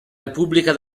repubblica